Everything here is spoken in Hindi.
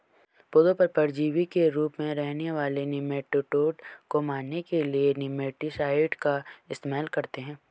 पौधों पर परजीवी के रूप में रहने वाले निमैटोड को मारने के लिए निमैटीसाइड का इस्तेमाल करते हैं